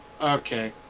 Okay